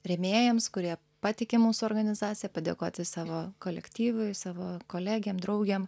rėmėjams kurie patiki mūsų organizacija padėkoti savo kolektyvui savo kolegėm draugėm